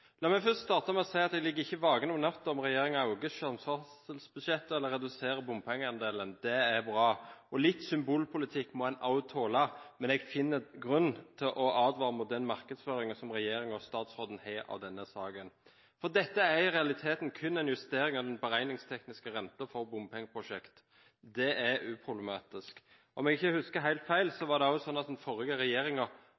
La meg først starte med å si at jeg ligger ikke våken om natten fordi om regjeringen øker samferdselsbudsjettet eller reduserer bompengeandelen. Det er bra, og litt symbolpolitikk må en også tåle. Men jeg finner grunn til å advare mot den markedsføringen som regjeringen og statsråden har av denne saken, for dette er i realiteten kun en justering av den beregningstekniske renten for bompengeprosjekter. Det er uproblematisk. Om jeg ikke husker helt feil,